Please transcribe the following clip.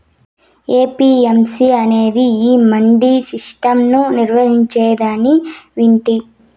APMC అనేది ఈ mandi system ను నిర్వహిస్తాందని వింటి